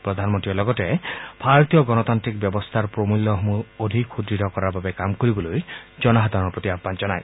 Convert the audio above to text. প্ৰধানমন্ত্ৰীয়ে লগতে ভাৰতীয় গণাতিন্ত্ৰক ব্যৱস্থাৰ প্ৰমূল্যসমূহ অধিক সুদৃঢ় কৰাৰ বাবে কাম কৰিবলৈ জনসাধাৰণৰ প্ৰতি আহ্বান জনায়